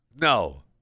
No